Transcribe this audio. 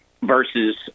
versus